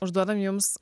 užduodam jums